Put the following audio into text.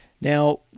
Now